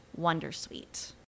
Wondersuite